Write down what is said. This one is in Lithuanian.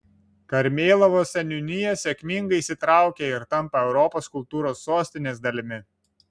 karmėlavos seniūnija sėkmingai įsitraukia ir tampa europos kultūros sostinės dalimi